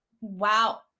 wow